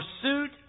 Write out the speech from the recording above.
Pursuit